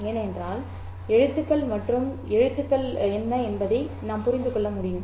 ஏனென்றால் எழுத்துக்கள் மற்றும் எழுத்துக்கள் என்ன என்பதை நாம் புரிந்து கொள்ள முடியும்